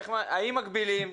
האם מגבילים,